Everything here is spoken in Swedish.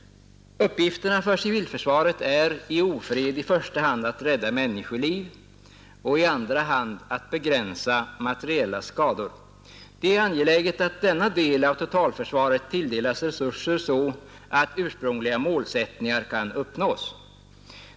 Uppgifterna för civilförsvaret är i ofred i första hand att rädda människoliv och i andra hand att begränsa materiella skador. Det är angeläget att denna del av totalförsvaret tilldelas resurser så att ursprungliga målsättningar kan uppnås.